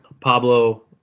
Pablo